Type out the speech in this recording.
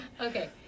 Okay